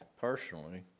personally